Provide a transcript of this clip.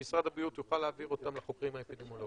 שמשרד הבריאות יוכל להעביר אותם לחוקרים האפידמיולוגיים?